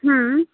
हूँ